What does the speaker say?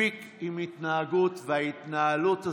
מספיק עם ההתנהגות וההתנהלות הזו,